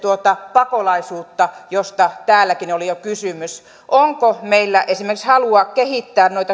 pakolaisuutta josta täälläkin oli jo kysymys onko meillä esimerkiksi halua kehittää